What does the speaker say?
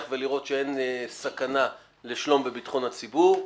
ולראות שאין סכנה לביטחון ולשלום הציבור,